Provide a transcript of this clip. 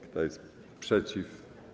Kto jest przeciw?